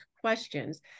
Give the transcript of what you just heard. questions